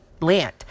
land